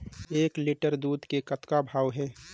एक लिटर दूध के कतका भाव हे?